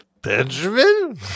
Benjamin